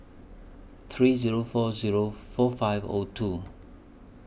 three Zero four Zero four five O two